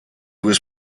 was